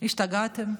השתגעתם?